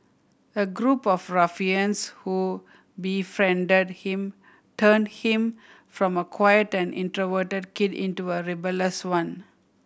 a group of ruffians who befriended him turned him from a quiet and introverted kid into a rebellious one